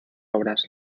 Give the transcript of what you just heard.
obras